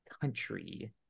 country